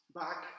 back